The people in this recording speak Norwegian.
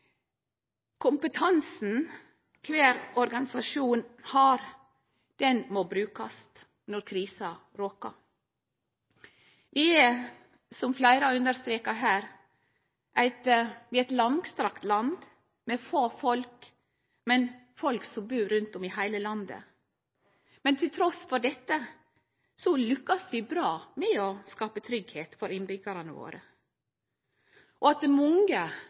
Kompetansen kvar organisasjon har, må brukast når krisa råkar. Vi har – som fleire har understreka her – eit langstrakt land med få folk, men med folk som bur rundt om i heile landet. Trass i dette lukkast vi bra med å skape tryggheit for innbyggjarane våre. At mange frivillige vel å bruke mykje tid og